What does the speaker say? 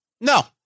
No